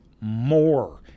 more